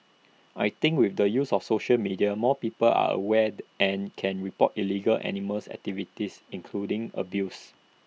I think with the use of social media more people are awared and can report illegal animals activities including abuse